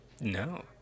No